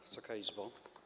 Wysoka Izbo!